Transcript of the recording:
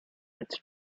its